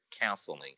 counseling